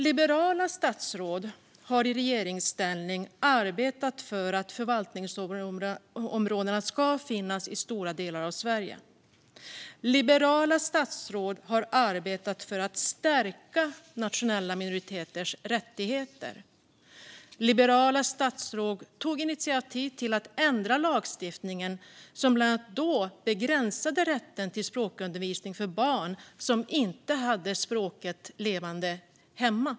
Liberala statsråd har i regeringsställning arbetat för att förvaltningsområdena ska finnas i stora delar av Sverige. Liberala statsråd har arbetat för att stärka nationella minoriteters rättigheter, och liberala statsråd tog initiativ till att ändra den lagstiftning som bland annat begränsade rätten till språkundervisning för barn som inte hade språket levande hemma.